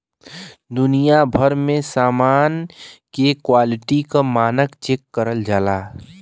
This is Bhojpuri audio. दुनिया भर में समान के क्वालिटी क मानक चेक करल जाला